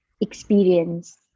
experience